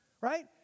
right